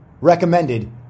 recommended